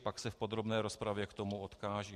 Pak se v podrobné rozpravě k tomu odkážu.